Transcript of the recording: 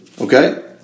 Okay